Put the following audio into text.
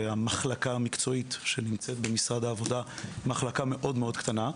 המחלקה המקצועית שנמצאת במשרד העבודה היא מחלקה מאוד מאוד קטנה.